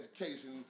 education